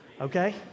okay